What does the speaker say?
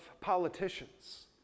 politicians